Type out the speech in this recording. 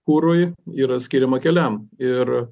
kurui yra skiriama keliam ir